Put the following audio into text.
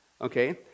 okay